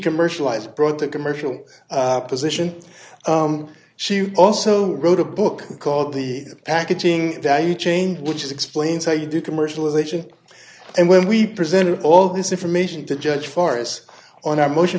commercialized brought the commercial position she also wrote a book called the packaging value chain which explains how you do commercialization and when we presented all this information to judge far as on our motion